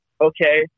okay